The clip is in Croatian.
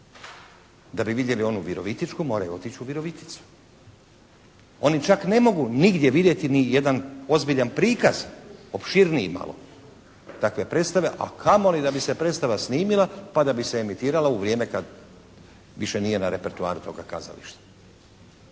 Da bi vidjeli onu virovitičku moraju otići u Viroviticu. Oni čak ne mogu nigdje vidjeti ni jedan ozbiljan prikaz, opširniji malo takve predstave a kamoli da bi se predstava snimila pa da bi se emitirala u vrijeme kad više nije na repertoaru toga kazališta.